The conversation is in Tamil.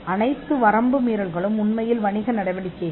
மீறலின் அனைத்து செயல்களும் உண்மையில் வணிக நடவடிக்கைகள்